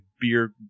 beer